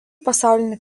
pasaulinį